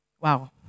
Wow